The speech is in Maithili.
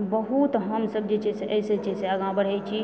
बहुत हमसब जे छै से ओहिसँ जे छै से आगाँ बढ़ै छी